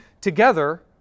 together